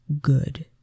good